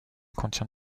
contient